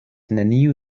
neniu